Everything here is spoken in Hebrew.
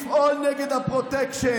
לפעול נגד הפרוטקשן,